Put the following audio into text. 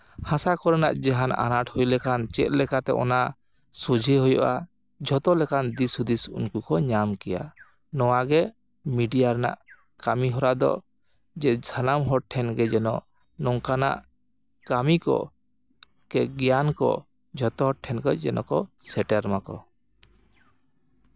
ᱦᱟᱥᱟ ᱠᱚᱨᱮᱱᱟᱜ ᱡᱟᱦᱟᱱ ᱟᱱᱟᱴ ᱦᱩᱭ ᱞᱮᱠᱷᱟᱱ ᱪᱮᱫᱞᱮᱠᱟᱛᱮ ᱚᱱᱟ ᱥᱚᱡᱷᱮ ᱦᱩᱭᱩᱜᱼᱟ ᱡᱷᱚᱛᱚ ᱞᱮᱠᱟᱱ ᱫᱤᱥ ᱦᱩᱫᱤᱥ ᱩᱱᱠᱩ ᱠᱚ ᱧᱟᱢ ᱠᱮᱭᱟ ᱱᱚᱣᱟᱜᱮ ᱢᱤᱰᱤᱭᱟ ᱨᱮᱱᱟᱜ ᱠᱟᱹᱢᱤᱦᱚᱨᱟ ᱫᱚ ᱡᱮ ᱥᱟᱱᱟᱢ ᱦᱚᱲ ᱴᱷᱮᱱ ᱜᱮ ᱡᱮᱱᱚ ᱱᱚᱝᱠᱟᱱᱟᱜ ᱠᱟᱹᱢᱤ ᱠᱚ ᱠᱮ ᱜᱮᱭᱟᱱ ᱠᱚ ᱡᱷᱚᱛᱚ ᱦᱚᱲ ᱴᱷᱮᱱ ᱡᱮᱱᱚ ᱠᱚ ᱥᱮᱴᱮᱨ ᱢᱟᱠᱚ